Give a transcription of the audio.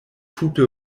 tute